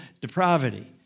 depravity